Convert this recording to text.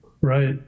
Right